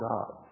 God